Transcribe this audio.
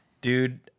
dude